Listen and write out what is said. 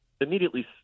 immediately